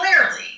clearly